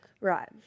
Right